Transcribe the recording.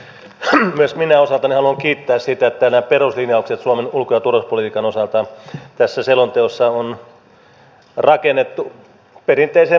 myös minä osaltani haluan kiittää siitä että nämä peruslinjaukset suomen ulko ja turvallisuuspolitiikan osalta tässä selonteossa on rakennettu perinteiseen malliin